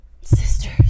Sisters